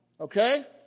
Okay